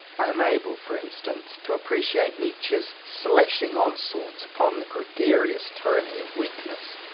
i am able, for instance, to appre ciate nietzsche's slashing onslaughts upon the gregarious tyranny of weakness,